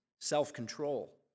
self-control